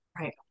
Right